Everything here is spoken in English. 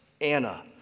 Anna